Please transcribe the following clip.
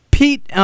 Pete